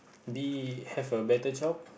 be have a better job